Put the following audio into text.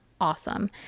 awesome